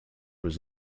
was